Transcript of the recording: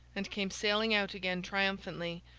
and came sailing out again triumphantly,